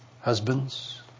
Husbands